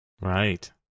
Right